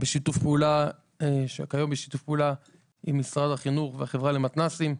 בשיתוף פעולה עם משרד החינוך והחברה למתנ״סים,